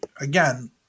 again